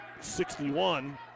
61